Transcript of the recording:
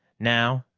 now,